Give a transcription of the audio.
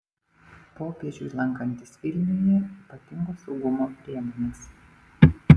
popiežiui lankantis vilniuje ypatingos saugumo priemonės